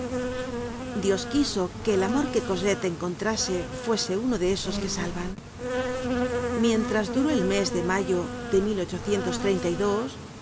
dios quiso que el amor que cosette encontrase fuese uno de esos que salvan mientras duró el mes de mayo de i